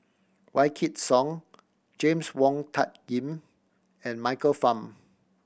Wykidd Song James Wong Tuck Yim and Michael Fam